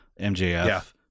mjf